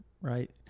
right